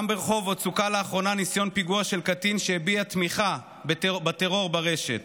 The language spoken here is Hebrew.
גם ברחובות סוכל לאחרונה ניסיון פיגוע של קטין שהביע תמיכה בטרור ברשת.